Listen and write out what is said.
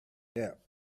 help